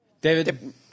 David